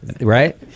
right